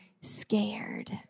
scared